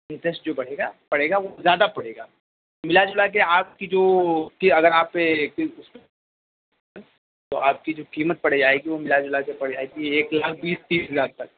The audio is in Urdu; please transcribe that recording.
انٹرسٹ جو بڑھے گا پڑے گا وہ زیادہ پڑے گا ملا جلا کے آپ کی جو اس کی اگر آپ تو آپ کی جو قیمت پڑ جائے گی وہ ملا جلا کے پڑ جائے گی ایک لاکھ بیس تیس ہزار تک